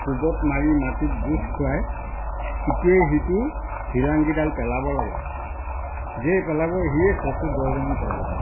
কোবত মাৰি মাটিত গোচ খুৱাই ইটোৱে সিটোৰ শিলাংকেইডাল পেলাব লাগে যিয়ে পেলাব সিয়ে চেঁচো দহজনী পাব